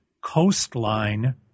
coastline